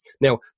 Now